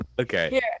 Okay